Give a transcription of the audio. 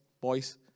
Boys